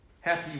Happy